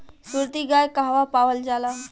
सुरती गाय कहवा पावल जाला?